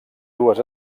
dues